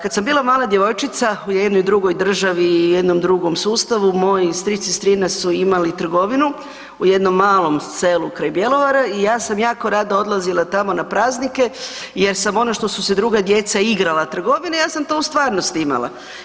Kad sam bila mala djevojčica u jednoj drugoj državi i jednom drugom sustavu moj stric i strina su imali trgovinu u jednom malom selu kraj Bjelovara i ja sam jako rado odlazila tamo na praznike jer sam ono što su se druga djeca igrala trgovine ja sam to u stvarnosti imala.